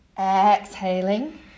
exhaling